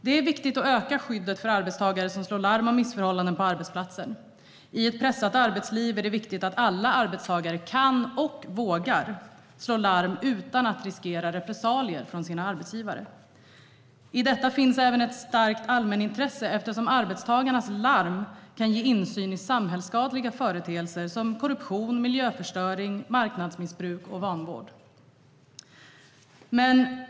Det är viktigt att stärka skyddet för arbetstagare som slår larm om missförhållanden på arbetsplatsen. I ett pressat arbetsliv är det viktigt att alla arbetstagare kan och vågar slå larm utan att de riskerar repressalier från sina arbetsgivare. Det finns även ett starkt allmänintresse för detta. Arbetstagarnas larm kan ge insyn i samhällsskadliga företeelser som korruption, miljöförstöring, marknadsmissbruk och vanvård.